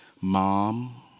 Mom